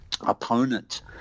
opponent